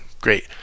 Great